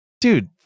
dude